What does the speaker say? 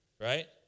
right